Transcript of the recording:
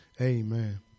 Amen